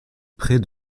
près